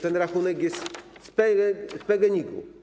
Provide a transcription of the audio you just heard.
Ten rachunek jest z PGNiG.